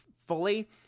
fully